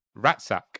ratsack